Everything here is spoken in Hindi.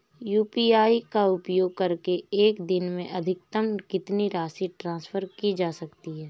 यू.पी.आई का उपयोग करके एक दिन में अधिकतम कितनी राशि ट्रांसफर की जा सकती है?